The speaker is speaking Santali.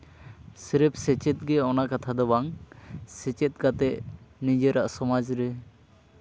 ᱥᱤᱨᱮᱯᱷ ᱥᱮᱪᱮᱫ ᱜᱮ ᱚᱱᱟ ᱠᱟᱛᱷᱟ ᱫᱚ ᱵᱟᱝ ᱥᱮᱪᱮᱫ ᱠᱟᱛᱮᱫ ᱱᱤᱡᱮᱨᱟᱜ ᱥᱚᱢᱟᱡᱽ ᱨᱮ